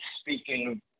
speaking